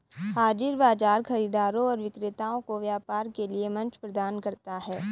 हाज़िर बाजार खरीदारों और विक्रेताओं को व्यापार के लिए मंच प्रदान करता है